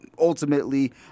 ultimately